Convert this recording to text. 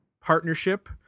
partnership